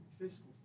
Fiscal